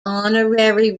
honorary